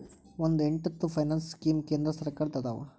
ಒಂದ್ ಎಂಟತ್ತು finance scheme ಕೇಂದ್ರ ಸರ್ಕಾರದ್ದ ಅದಾವ